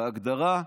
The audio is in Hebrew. בהגדרה,